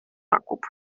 pakub